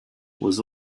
was